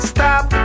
Stop